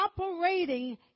operating